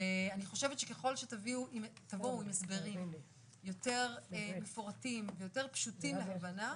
אני חושבת שככל שתבואו עם הסברים יותר מפורטים ויותר פשוטים להבנה,